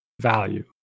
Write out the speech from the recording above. value